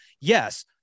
yes